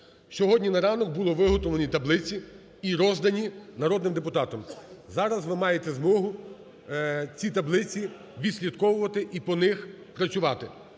Сьогодні на ранок були виготовлені таблиці і роздані народним депутатам. Зараз ви маєте змогу ці таблиці відслідковувати і по них працювати.